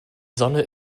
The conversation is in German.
sonne